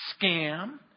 scam